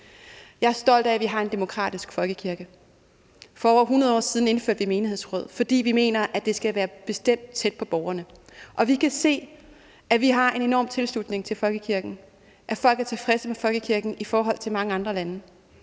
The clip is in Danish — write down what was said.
Jeg er stolt af, at vi har en demokratisk folkekirke. For over 100 år siden indførte man menighedsråd, fordi man mente, at det skal være tæt på borgerne. Og vi kan se, at vi har en enorm tilslutning til folkekirken, at folk er tilfredse med folkekirken i forhold til, hvordan det